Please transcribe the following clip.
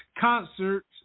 concerts